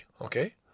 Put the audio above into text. Okay